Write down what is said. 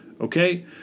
Okay